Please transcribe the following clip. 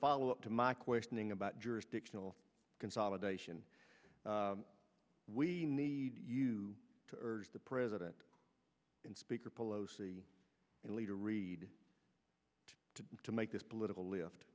follow up to my questioning about jurisdictional consolidation we need you to urge the president and speaker pelosi and leader reid to to make this political